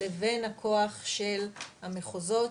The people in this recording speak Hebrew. לבין הכוח של המחוזות,